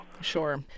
Sure